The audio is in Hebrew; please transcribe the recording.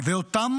ואותם